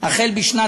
החל בשנת